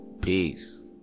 Peace